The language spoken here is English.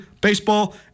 baseball